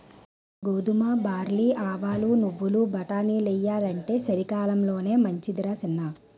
గోధుమ, బార్లీ, ఆవాలు, నువ్వులు, బటానీలెయ్యాలంటే చలికాలమే మంచిదరా సిన్నా